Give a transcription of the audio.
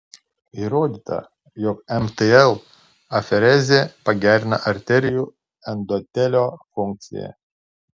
įrodyta jog mtl aferezė pagerina arterijų endotelio funkciją